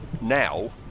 Now